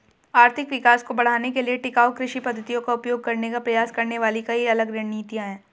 आर्थिक विकास को बढ़ाने के लिए टिकाऊ कृषि पद्धतियों का उपयोग करने का प्रयास करने वाली कई अलग रणनीतियां हैं